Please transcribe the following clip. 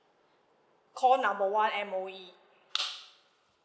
call number one M_O_E